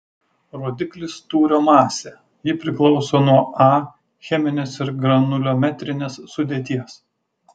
rodiklis tūrio masė ji priklauso nuo a cheminės ir granuliometrinės sudėties